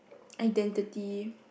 identity